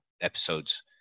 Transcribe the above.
episodes